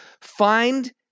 Find